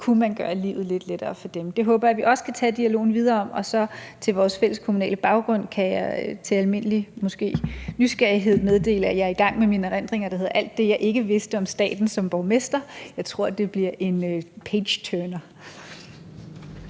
kunne man gøre livet lidt lettere for. Det håber jeg at vi også kan tage dialogen videre om. Og så til vores fælles kommunale baggrund kan jeg til almindelig måske nysgerrighed meddele, at jeg er i gang med mine erindringer, der hedder: Alt det jeg ikke vidste om staten som borgmester. Jeg tror, det bliver en pageturner